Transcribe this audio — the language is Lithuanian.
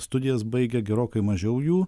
studijas baigia gerokai mažiau jų